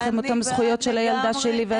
הן אותן זכויות של הילדה שלי --- אני בעד לגמרי,